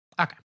Okay